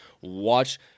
Watch